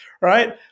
right